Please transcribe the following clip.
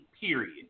period